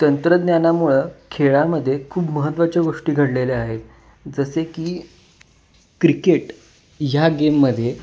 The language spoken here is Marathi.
तंत्रज्ञानामुळं खेळामध्ये खूप महत्त्वाच्या गोष्टी घडलेल्या आहेत जसे की क्रिकेट ह्या गेममध्ये